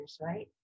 right